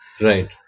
Right